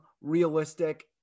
realistic